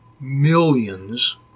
millions